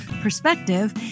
perspective